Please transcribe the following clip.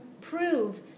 prove